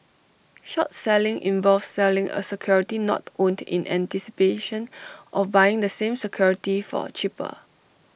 short selling involves selling A security not owned in anticipation of buying the same security for cheaper